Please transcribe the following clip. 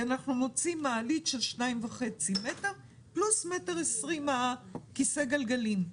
אנחנו מוצאים מעלית של 2.5 מטרים פלוס 1.2 מטרים של כיסא הגלגלים.